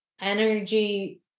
energy